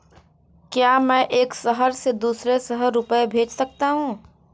क्या मैं एक शहर से दूसरे शहर रुपये भेज सकती हूँ?